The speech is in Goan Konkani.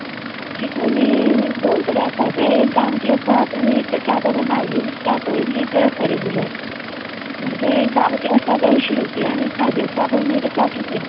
चिकू न्ही दोन तरे आसा ते एक गांवठी आसात आनी एक सादारण भायले दिसता पय न्ही ते आसा रेगुलर म्हणजे गांवठी आसा अंयशी रुपया आनी सादे आसा पय ते साठ रुपया